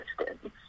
existence